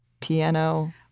piano